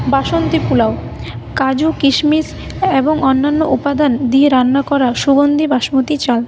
বাসন্তি পোলাউ কাজু কিসমিস এবং অন্যান্য উপাদান দিয়ে রান্না করা সুগন্ধি বাসমতী চাল